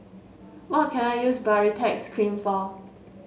what can I use Baritex Cream for